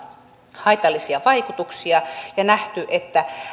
haitallisia vaikutuksia ja on nähty että